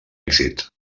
èxit